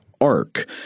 Ark